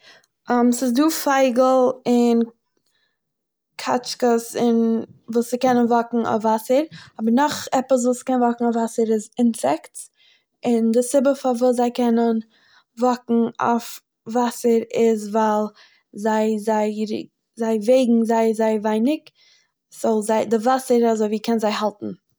ס'איז דא פייגל און קאטשקעס וואס ס'קענען וואקן אויף וואסער, אבער נאך עפעס וואס קען וואקן אויף וואסער איז אינסעיקטס, און די סיבה פארוואס זיי קענען וואקן אויף וואסער איז ווייל זיי זיי זייי וועגן זייער זייער ווייניג סא די וואסער אזוי ווי קען זיי האלטן.